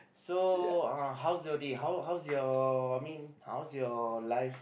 so uh how's your day how's how's your I mean how's your life